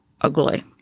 ugly